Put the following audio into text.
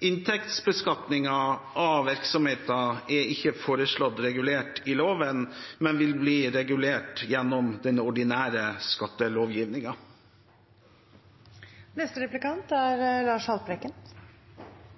Inntektsbeskatningen av virksomheten er ikke foreslått regulert i loven, men vil bli regulert gjennom den ordinære skattelovgivningen. En samlet komité påpeker